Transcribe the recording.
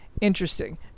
interesting